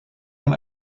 man